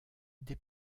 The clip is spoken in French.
des